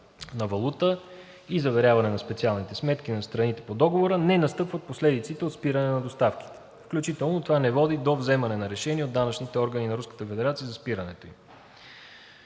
на валута и заверяване на специалните сметки на страните по Договора, не настъпват последиците от спиране на доставките, включително това не води до вземане на решение от данъчните органи на Руската